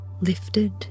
lifted